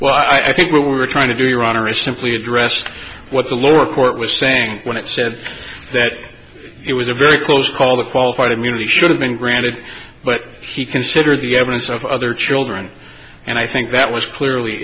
well i think what we're trying to do your honor is simply addressed what the lower court was saying when it said that it was a very close call that qualified immunity should have been granted but she considered the evidence of other children and i think that was clearly